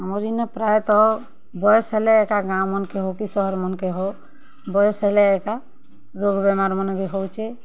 ଆମର୍ ଇନେ ପ୍ରାୟେ ତ ବୟେସ୍ ହେଲେ ଏକା ଗାଁ ମନ୍କେ ହଉ କି ସହର୍ ମନ୍କେ ହୋ ବୟେସ୍ ହେଲେ ଏକା ରୋଗ୍ ବେମାର୍ ମାନେ ବି ହଉଛେ